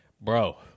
Bro